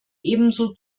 ebenso